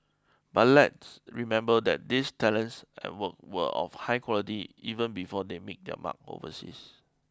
but let's remember that these talents and work were of high quality even before they made their mark overseas